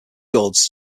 cords